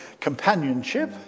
companionship